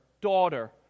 Daughter